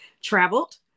traveled